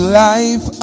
life